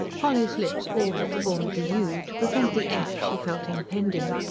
polly's lips all but formed the u, to prevent the f she felt impending.